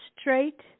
straight